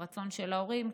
ברצון של ההורים,